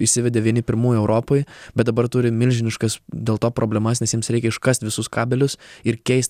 įsivedė vieni pirmųjų europoj bet dabar turi milžiniškas dėl to problemas nes jiems reikia iškast visus kabelius ir keist